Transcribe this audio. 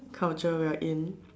culture we're in